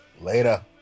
Later